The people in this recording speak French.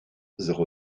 zéro